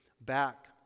back